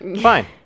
fine